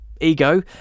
ego